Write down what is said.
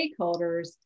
stakeholders